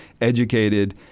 educated